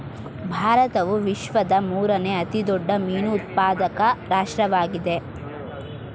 ಭಾರತವು ವಿಶ್ವದ ಮೂರನೇ ಅತಿ ದೊಡ್ಡ ಮೀನು ಉತ್ಪಾದಕ ರಾಷ್ಟ್ರವಾಗಿದೆ